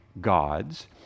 gods